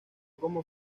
como